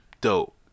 dope